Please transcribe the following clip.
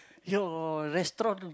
your restaurant